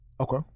Okay